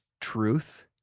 truth